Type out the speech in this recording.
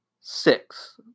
six